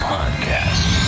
Podcast